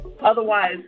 Otherwise